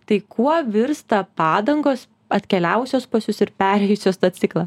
tai kuo virsta padangos atkeliavusios pas jus ir perėjusios tą ciklą